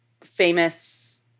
famous